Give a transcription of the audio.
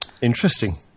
Interesting